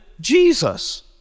Jesus